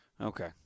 Okay